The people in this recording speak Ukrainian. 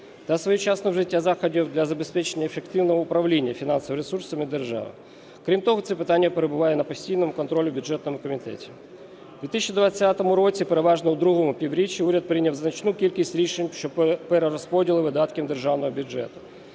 та своєчасного вжиття заходів для забезпечення ефективного управління фінансовими ресурсами держави. Крім того, це питання перебуває на постійному контролі в бюджетному комітеті. В 2020 році, переважно в другому півріччі, уряд прийняв значну кількість рішень перерозподілу видатків державного бюджету.